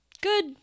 good